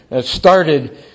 started